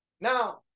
Now